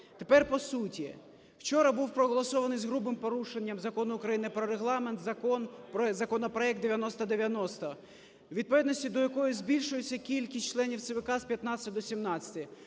Тепер по суті. Вчора був проголосований з грубим порушенням Закону України про Регламент законопроект 9090, у відповідності до якого збільшується кількість членів ЦВК з 15 до 17.